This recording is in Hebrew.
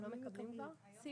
הם לא מקבלים כבר סיוע?